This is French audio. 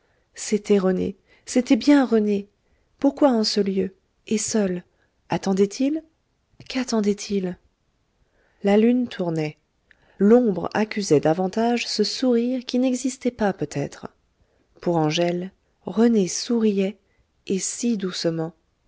c'était rené c'était bien rené pourquoi en ce lieu et seul attendait il quattendait il la lune tournait l'ombre accusait davantage ce sourire qui n'existait pas peut-être pour angèle rené souriait et si doucement